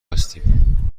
هستیم